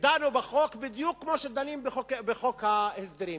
דנו בחוק בדיוק כמו שדנים בחוק ההסדרים,